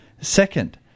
second